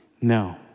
No